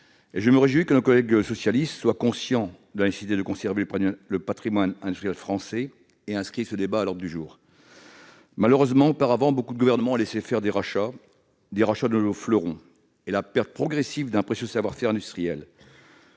Je me réjouis que nos collègues socialistes, conscients de la nécessité de conserver le patrimoine industriel français, aient inscrit ce débat à l'ordre du jour. Malheureusement, auparavant beaucoup de gouvernements ont laissé des rachats de nos fleurons se faire, entraînant la perte progressive d'un précieux savoir-faire industriel.